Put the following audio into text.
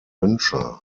wünsche